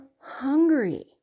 hungry